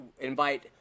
invite